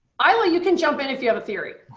aila, you can jump in if you have a theory.